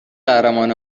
قهرمان